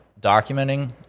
documenting